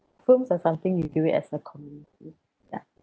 films are something you do it as a community ya